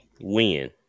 Win